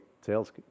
sales